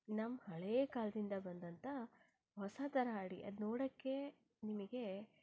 ನಮ್ಮ ಹಳೆಯ ಕಾಲದಿಂದ ಬಂದಂಥ ಹೊಸ ಥರ ಅಡುಗೆ ಅದು ನೋಡೋಕ್ಕೆ ನಿಮಗೆ